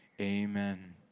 amen